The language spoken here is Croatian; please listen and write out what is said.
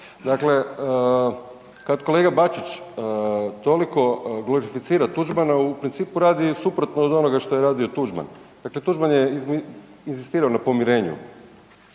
Dakle, kada kolega Bačić toliko glorificira Tuđmana u principu radi suprotno od onoga što je radio Tuđman. Dakle, Tuđman je inzistirao na pomirenju,